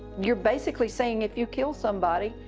you're basically saying, if you kill somebody,